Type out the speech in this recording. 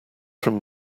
from